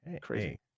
Crazy